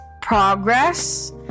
progress